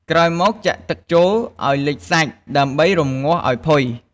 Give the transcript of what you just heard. ក្រោយមកចាក់ទឹកចូលឱ្យលិចសាច់ ដើម្បីរម្ងាស់ឱ្យផុយ។